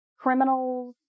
criminals